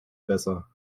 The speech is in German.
besser